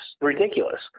ridiculous